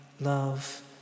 love